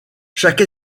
chaque